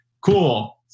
cool